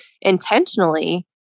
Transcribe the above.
intentionally